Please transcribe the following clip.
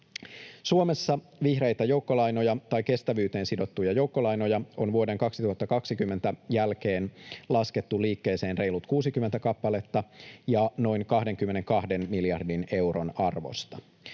Suomessa vihreitä joukkolainoja tai kestävyyteen sidottuja joukkolainoja on vuoden 2020 jälkeen laskettu liikkeeseen reilut 60 kappaletta ja noin 22 miljardin euron arvosta.